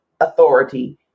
authority